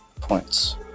points